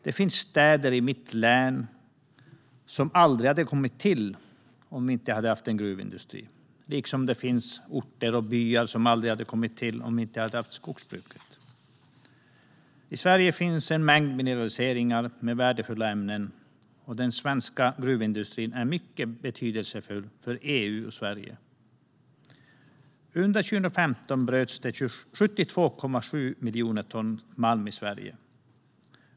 Det finns städer i mitt län som aldrig hade kommit till om vi inte haft en gruvindustri, liksom det finns orter och byar som aldrig hade kommit till om vi inte hade haft skogsbruket. I Sverige finns en mängd mineraliseringar med värdefulla ämnen, och den svenska gruvindustrin är mycket betydelsefull för EU och Sverige, Under 2015 bröts det 72,7 miljoner ton malm i Sverige.